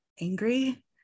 angry